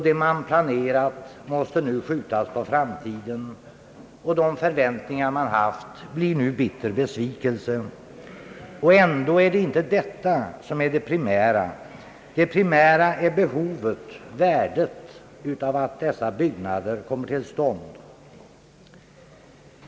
Det man planerat måste nu skjutas på framtiden, och de förväntningar man haft förbyts 1 bitter besvikelse. Ändå är det inte detta som är det primära. Det primära är behovet och värdet av att dessa byggnader kommer till stånd.